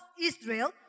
Israel